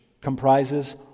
comprises